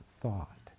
thought